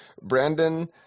Brandon